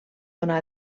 donar